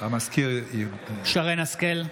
(קורא בשמות חברי הכנסת) שרן מרים השכל,